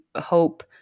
hope